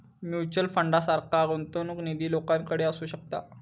mutual फंडासारखा गुंतवणूक निधी लोकांकडे असू शकता